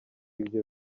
ibyo